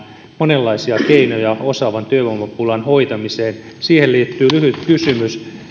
monenlaisia keinoja osaavan työvoiman pulan hoitamiseen siihen liittyy lyhyt kysymys